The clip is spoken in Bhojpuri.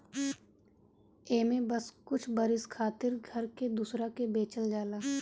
एमे बस कुछ बरिस खातिर घर के दूसरा के बेचल जाला